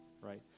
right